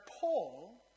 Paul